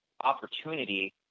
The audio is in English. opportunity